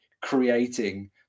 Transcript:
creating